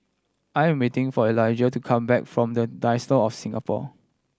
I am waiting for Eligah to come back from The Diocese of Singapore